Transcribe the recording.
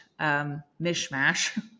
mishmash